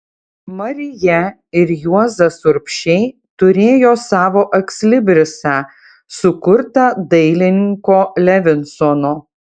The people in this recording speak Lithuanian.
marija ir juozas urbšiai turėjo savo ekslibrisą sukurtą dailininko levinsono